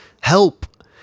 Help